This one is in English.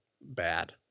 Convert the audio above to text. bad